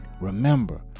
remember